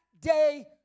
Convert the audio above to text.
day